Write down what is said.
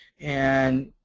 and